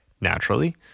naturally